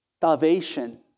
Salvation